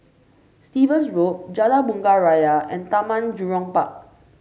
Stevens Road Jalan Bunga Raya and Taman Jurong Park